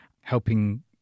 helping